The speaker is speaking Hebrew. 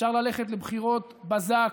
אפשר ללכת לבחירות בזק,